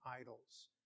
idols